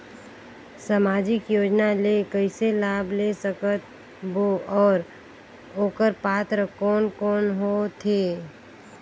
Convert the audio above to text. समाजिक योजना ले कइसे लाभ ले सकत बो और ओकर पात्र कोन कोन हो थे?